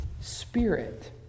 spirit